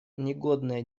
негодная